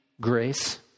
grace